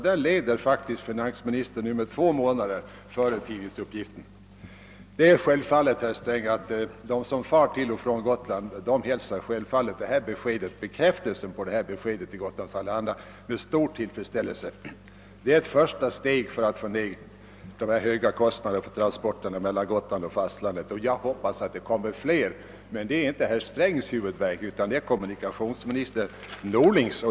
Där leder sålunda finansministern med två månader före tidningens uppgift. Givetvis hälsar alla de som reser från och till Gotland herr Strängs bekräftelse på uppgiften i Gotlands Allehanda med stor tillfredsställelse. Det är ett första steg för att få ned de höga transportkostnaderna mellan Gotland och fastlandet. Jag hoppas att flera sådana steg kommer att tagas. Det är emellertid inte herr Strängs huvudvärk utan kommunikationsminister Norlings.